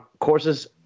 courses